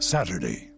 Saturday